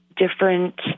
different